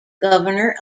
governor